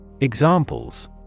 Examples